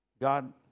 God